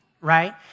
right